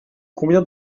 combien